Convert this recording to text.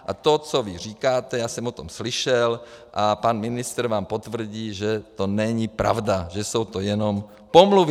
A to, co vy říkáte, já jsem o tom slyšel a pan ministr vám potvrdí, že to není pravda, že jsou to jenom pomluvy.